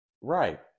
right